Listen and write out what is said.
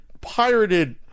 pirated